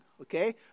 Okay